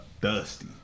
dusty